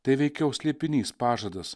tai veikiau slėpinys pažadas